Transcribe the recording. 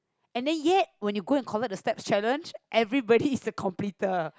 and then yet when you go and convert the steps challenge everybody is the completer